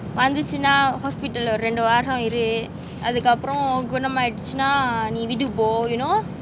வந்திச்சின்னா:vanthichina hospital lah ஒரு ரெண்டு வாரம் இரு அதுக்கப்பறம் குணாமவிச்சினா நீ வீட்டுக்கு போ:oru rendu vaaram iru athukapparam gunamaavichina nee veetuku po you know